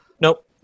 Nope